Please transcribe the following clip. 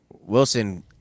Wilson